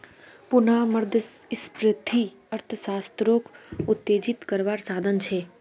पुनः मुद्रस्फ्रिती अर्थ्शाश्त्रोक उत्तेजित कारवार साधन छे